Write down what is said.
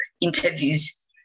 interviews